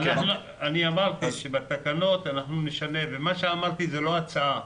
אני אמרתי שבתקנות אנחנו נשנה ומה שאמרתי זה לא הצעה,